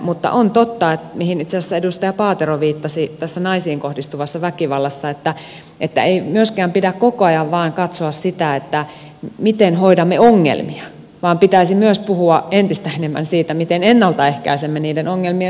mutta on totta mihin itse asiassa edustaja paatero viittasi tässä naisiin kohdistuvassa väkivallassa että ei myöskään pidä koko ajan vain katsoa sitä miten hoidamme ongelmia vaan pitäisi myös puhua entistä enemmän siitä miten ennaltaehkäisemme niiden ongelmien syntymistä